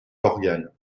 d’organes